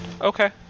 Okay